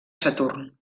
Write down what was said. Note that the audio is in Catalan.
saturn